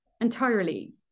entirely